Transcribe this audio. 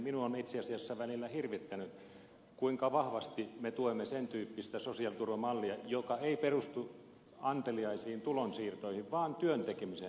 minua on itse asiassa välillä hirvittänyt kuinka vahvasti me tuemme sen tyyppistä sosiaaliturvamallia joka ei perustu anteliaisiin tulonsiirtoihin vaan työn tekemiseen